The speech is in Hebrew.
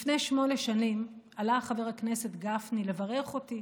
לפני שמונה שנים עלה חבר הכנסת גפני לברך אותי